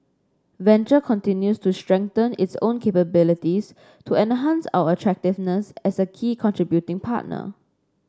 venture continues to strengthen its own capabilities to enhance our attractiveness as a key contributing partner